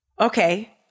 Okay